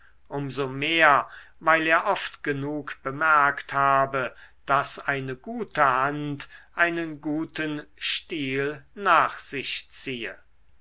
so mehr weil er oft genug bemerkt habe daß eine gute hand einen guten stil nach sich ziehe